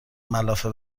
ملافه